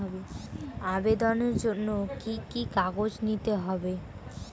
আবেদনের জন্য কি কি কাগজ নিতে হবে?